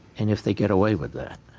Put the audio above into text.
and if they get away with that,